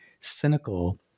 cynical